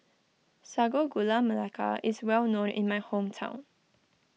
Sago Gula Melaka is well known in my hometown